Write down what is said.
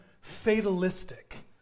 fatalistic